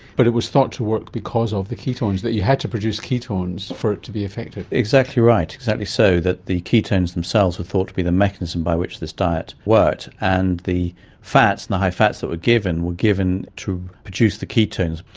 but it was thought to work because of the ketones, that you had to produce ketones for it to be effective. exactly right, exactly so, that the ketones themselves were thought to be the mechanism by which this diet worked, and the high fats that were given were given to produce the ketones.